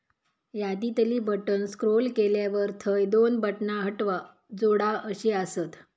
यादीतली बटण स्क्रोल केल्यावर थंय दोन बटणा हटवा, जोडा अशी आसत